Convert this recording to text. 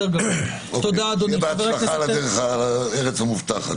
שיהיה בהצלחה בכניסה לארץ המובטחת.